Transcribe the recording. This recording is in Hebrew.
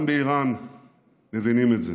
גם באיראן מבינים את זה.